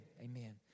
amen